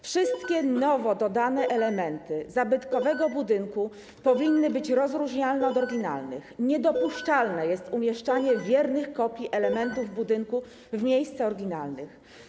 Wszystkie nowo dodane elementy zabytkowego budynku powinny być odróżnialne od oryginalnych, niedopuszczalne jest umieszczanie wiernych kopii elementów budynku w miejscu oryginalnych.